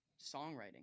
songwriting